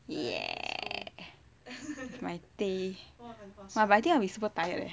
!yay! with my teh but I think I will be super tired leh